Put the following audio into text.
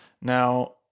Now